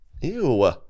Ew